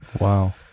wow